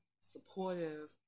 supportive